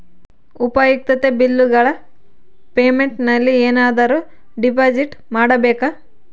ಉಪಯುಕ್ತತೆ ಬಿಲ್ಲುಗಳ ಪೇಮೆಂಟ್ ನಲ್ಲಿ ಏನಾದರೂ ಡಿಪಾಸಿಟ್ ಮಾಡಬೇಕಾ?